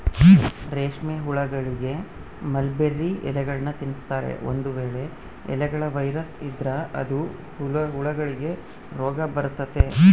ರೇಷ್ಮೆಹುಳಗಳಿಗೆ ಮಲ್ಬೆರ್ರಿ ಎಲೆಗಳ್ನ ತಿನ್ಸ್ತಾರೆ, ಒಂದು ವೇಳೆ ಎಲೆಗಳ ವೈರಸ್ ಇದ್ರ ಅದು ಹುಳಗಳಿಗೆ ರೋಗಬರತತೆ